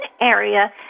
area